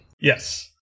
Yes